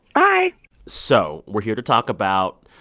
hi so we're here to talk about,